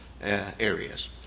areas